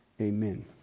Amen